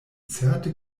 certe